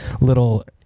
little